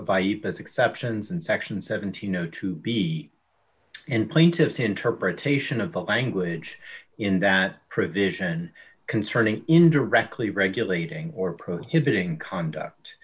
of i e that exceptions and section seventeen know to be in plaintiff's interpretation of the language in that provision concerning indirectly regulating or prohibiting conduct